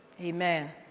Amen